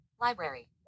Library